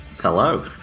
Hello